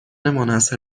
منحصر